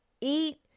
eat